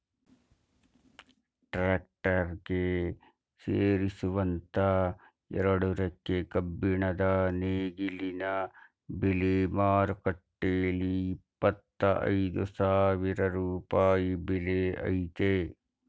tractor ಗೆ ಸೇರಿಸುವಂತ ಎರಡು ರೆಕ್ಕೆ ಕಬ್ಬಿಣದ ನೇಗಿಲಿನ ಬೆಲೆ ಮಾರುಕಟ್ಟೆಲಿ ಇಪ್ಪತ್ತ ಐದು ಸಾವಿರ ರೂಪಾಯಿ ಬೆಲೆ ಆಯ್ತೆ